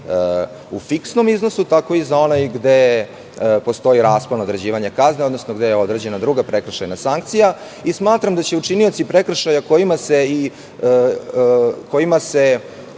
u fiksnom iznosu, tako i za onaj gde postoji raspon određivanja kazne, odnosno gde je određena druga prekršajna sankcija i smatram da će učinioci prekršaja kojima se